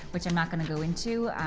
which i'm not going to go into,